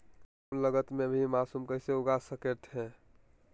कम लगत मे भी मासूम कैसे उगा स्केट है?